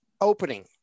opening